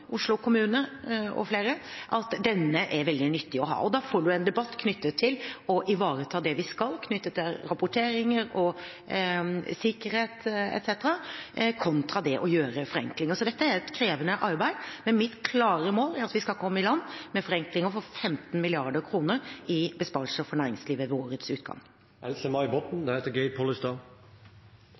Oslo kommune og flere, at denne er veldig nyttig å ha, og da får man en debatt knyttet til å ivareta det vi skal knyttet til rapporteringer, sikkerhet etc., kontra det å gjøre forenklinger. Dette er et krevende arbeid, men mitt klare mål er at vi skal komme i land med forenklinger for 15 mrd. kr i besparelser for næringslivet ved årets utgang. Else May Botten